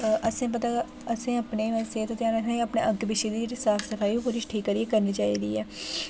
ते असें पता असें अपनी सेह्त दा ध्यान रखना अपनें अग्गें पिच्छें दी साफ सफाई बी ठीक करियै करनी चाहिदी ऐ